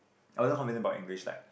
I wasn't confident about English like